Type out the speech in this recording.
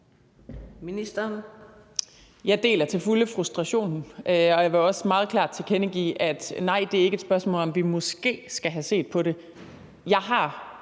Jeg deler til fulde frustrationen, og jeg vil også meget klart tilkendegive, at nej, det er ikke et spørgsmål om, om vi måske skal have set på det. Jeg har